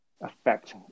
affect